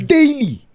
Daily